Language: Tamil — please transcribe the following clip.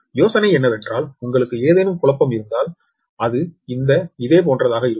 யோசனை என்னவென்றால் உங்களுக்கு ஏதேனும் குழப்பம் இருந்தால் அது இந்த இதேபோன்றதாக இருக்கும்